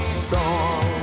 storm